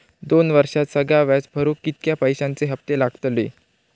दोन वर्षात सगळा व्याज भरुक कितक्या पैश्यांचे हप्ते लागतले?